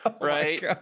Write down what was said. right